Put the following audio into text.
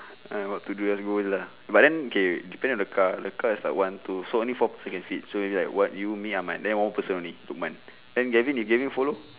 ah what to do just go in lah but then okay depend on the car the car is like one two so only four person can fit so is like what you me ahmad then one more person only lukman then galvin if galvin follow